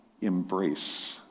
embrace